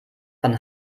von